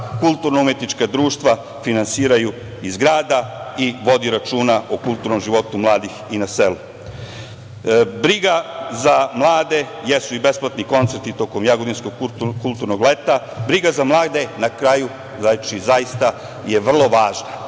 kulturno umetnička društva finansiraju iz grada i vodi se računa o kulturnom životu mladih na selu. Briga za mlade jesu i besplatni koncerti tokom Jagodinskog kulturnog leta. Briga za mlade na kraju je vrlo važna